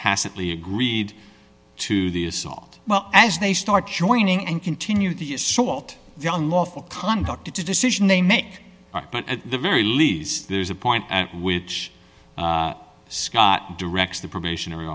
tacitly agreed to the assault well as they start joining and continue the assault young lawful conduct it's a decision they make but at the very least there's a point at which scott directs the probationary